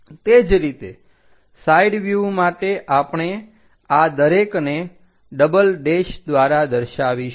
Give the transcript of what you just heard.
તે જ રીતે સાઈડ વ્યુહ માટે આપણે આ દરેકને ડબલ દ્વારા દર્શાવીશું